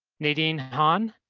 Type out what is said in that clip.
nadine han,